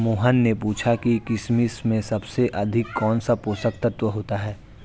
मोहन ने पूछा कि किशमिश में सबसे अधिक कौन सा पोषक तत्व होता है?